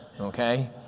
Okay